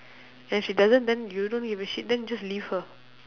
and if she doesn't then you don't give a shit then just leave her